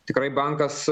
tikrai bankas